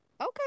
okay